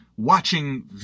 watching